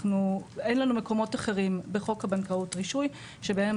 אין לנו מקומות אחרים בחוק הבנקאות רישוי בהם